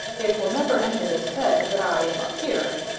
it will never enter his head that i am up here.